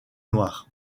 noire